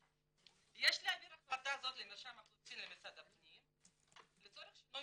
"יש להעביר החלטה זו למרשם אוכלוסין למשרד הפנים לצורך שינוי